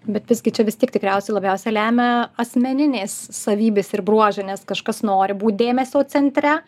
bet visgi čia vis tiek tikriausiai labiausia lemia asmeninės savybės ir bruožai nes kažkas nori būt dėmesio centre